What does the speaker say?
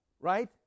Right